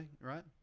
Right